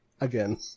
Again